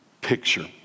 picture